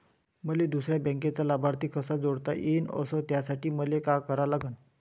मले दुसऱ्या बँकेचा लाभार्थी कसा जोडता येईन, अस त्यासाठी मले का करा लागन?